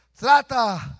Trata